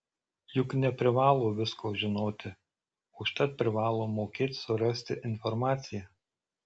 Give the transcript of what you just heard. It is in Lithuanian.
juk neprivalo visko žinoti užtat privalo mokėt surasti informaciją